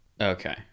Okay